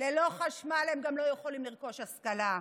ללא חשמל הם גם לא יכולים לרכוש השכלה.